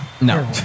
no